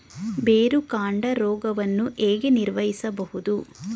ಬೇರುಕಾಂಡ ರೋಗವನ್ನು ಹೇಗೆ ನಿರ್ವಹಿಸಬಹುದು?